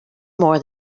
more